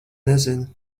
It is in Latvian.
nezinu